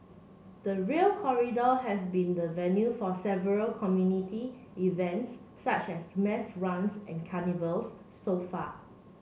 the Rail Corridor has been the venue for several community events such as mass runs and carnivals so far